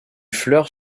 fleurs